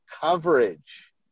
coverage